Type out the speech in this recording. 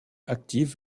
active